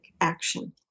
action